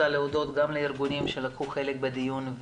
אני רוצה להודות גם לארגונים שלקחו חלק בדיון,